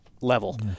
level